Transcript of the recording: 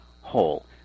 whole